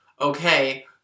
okay